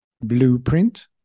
blueprint